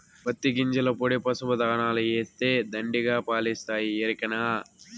పత్తి గింజల పొడి పసుపు దాణాల ఏస్తే దండిగా పాలిస్తాయి ఎరికనా